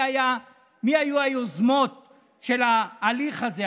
מי היו היוזמות של ההליך הזה,